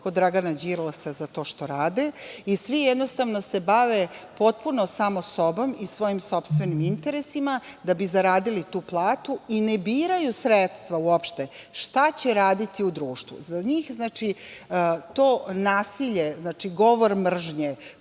kod Dragana Đilasa za to što rade i svi jednostavno se bave potpuno samo sobom i svojim sopstvenim interesima da bi zaradili tu platu i ne biraju sredstva uopšte šta će raditi u društvu.Za njih to nasilje, govor mržnje,